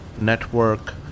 network